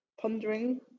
pondering